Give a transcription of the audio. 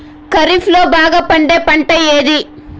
ఖరీఫ్ లో బాగా పండే పంట ఏది?